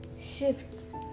shifts